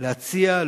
להציע,